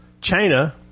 China